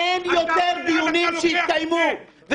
אין יותר דיונים שיתקיימו.